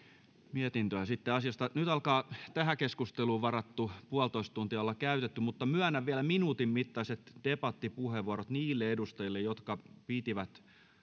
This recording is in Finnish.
mietintöä sitten asiasta nyt alkaa tähän keskusteluun varattu puolitoista tuntia olla käytetty mutta myönnän vielä minuutin mittaiset debattipuheenvuorot niille edustajille jotka pitivät